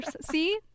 See